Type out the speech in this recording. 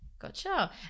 Gotcha